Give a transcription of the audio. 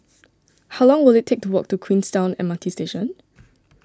how long will it take to walk to Queenstown M R T Station